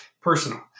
personal